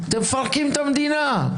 אתם מפרקים את המדינה.